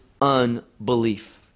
unbelief